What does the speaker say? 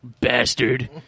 bastard